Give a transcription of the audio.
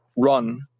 run